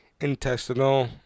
intestinal